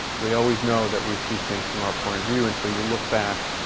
we always know that we see things from our point of view. and so you look back.